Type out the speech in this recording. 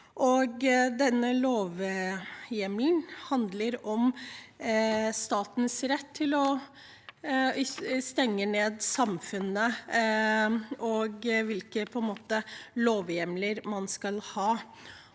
Denne lovhjemmelen handler om statens rett til å stenge ned samfunnet og om hvilke lovhjemler man skal ha.